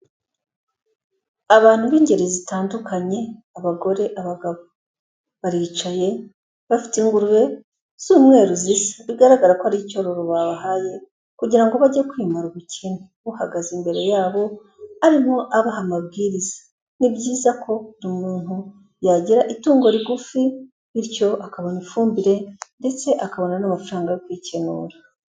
Abantu b'ingeri zitandukanye abagore, abagabo, baricaye bafite ingurube z'umweru zisa, bigaragara ko ari icyororo babahaye kugira ngo bajye kwimara ubukene, uhagaze imbere yabo arimo abaha amabwiriza. Ni byiza ko umuntu yagira itungo rigufi, bityo akabona ifumbire ndetse akabona n'amafaranga yo kwikenura.